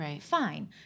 fine